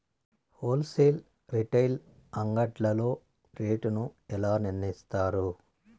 Whole sale retail అంగడ్లలో rate ను ఎలా నిర్ణయిస్తారు యిస్తారు?